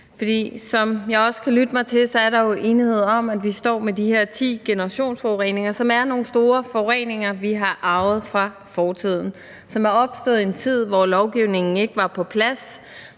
For som jeg også kan lytte mig til, er der jo enighed om, at vi står med de her ti generationsforureninger, som er nogle store forureninger, som vi har arvet fra fortiden, og som er opstået i en tid, hvor lovgivningen ikke var på plads